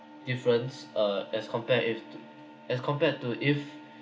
difference uh as compared if as compared to if